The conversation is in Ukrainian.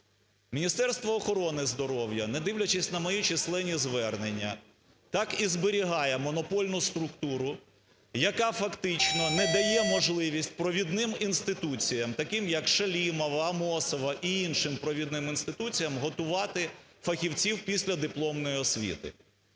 Міністерство охорони здоров'я, не дивлячись на мої численні звернення, так і зберігає монопольну структуру, яка фактично не дає можливість провідним інституціям, таким якШалімова, Амосова і іншим провідним інституціям, готувати фахівців післядипломної освіти.